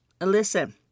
Listen